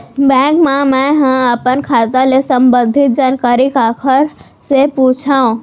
Bank मा मैं ह अपन खाता ले संबंधित जानकारी काखर से पूछव?